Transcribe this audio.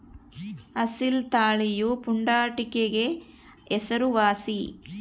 ಅಸೀಲ್ ತಳಿಯು ಪುಂಡಾಟಿಕೆಗೆ ಹೆಸರುವಾಸಿ